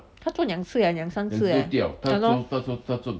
他做两次 leh 两三次 eh !hannor!